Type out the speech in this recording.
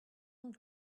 long